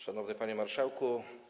Szanowny Panie Marszałku!